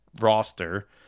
roster